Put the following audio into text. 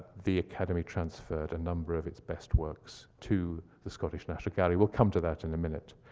the academy transferred a number of its best works to the scottish national gallery. we'll come to that in a minute.